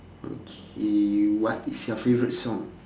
okay what is your favourite song